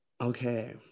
Okay